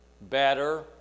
better